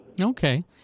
Okay